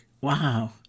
wow